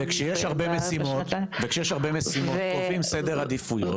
כשיש הרבה משימות קובעים סדר עדיפויות.